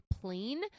plane